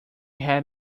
had